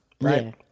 right